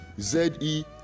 ZE